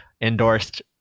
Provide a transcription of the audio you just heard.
endorsed